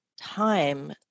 time